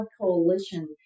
coalition